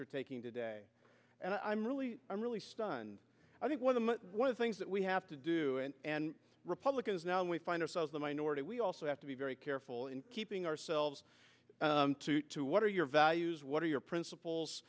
you're taking today and i'm really i'm really stunned i think one of the things that we have to do and republicans now we find ourselves the minority we also have to be very careful in keeping ourselves to what are your values what are your principles